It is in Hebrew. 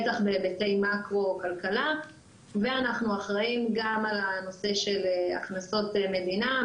בטח בהיבטי מקרו כלכלה ואנחנו אחראים גם על הנושא של הכנסות מדינה,